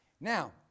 Now